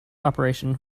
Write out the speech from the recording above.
operation